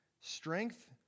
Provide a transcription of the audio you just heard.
strength